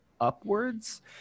upwards